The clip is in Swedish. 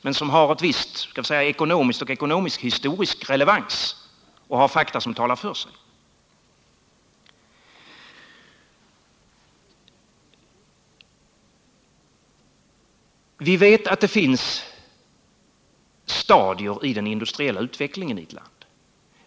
Men den har en viss ekonomisk och ekonomisk-historisk relevans och fakta som talar för sig. Vi vet att det finns stadier i den industriella utvecklingen i ett land.